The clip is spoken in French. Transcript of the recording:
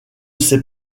sais